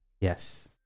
Yes